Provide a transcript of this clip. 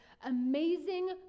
amazing